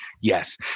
Yes